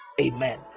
Amen